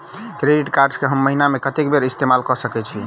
Credit card कऽ हम महीना मे कत्तेक बेर इस्तेमाल कऽ सकय छी?